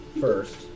first